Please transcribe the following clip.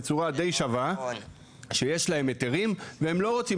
בצורה די שווה שיש להם היתרים והם לא רוצם